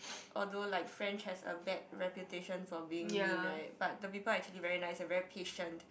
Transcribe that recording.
although like French has a bad reputation for being mean right but the people are actually very nice and very patient